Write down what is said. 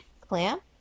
Clamp